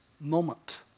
moment